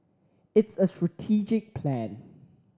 it's a strategic plan